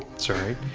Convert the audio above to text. sorry,